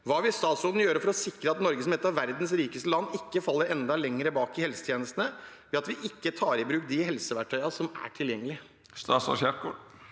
Hva vil statsråden gjøre for å sikre at Norge, som et av verdens rikeste land, ikke faller enda lenger bak i helsetjenestene ved at vi ikke tar i bruk de helseverktøyene som er tilgjengelige? Statsråd Ingvild